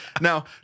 Now